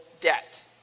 debt